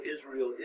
Israel